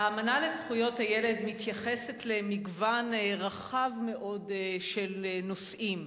האמנה בדבר זכויות הילד מתייחסת למגוון רחב מאוד של נושאים,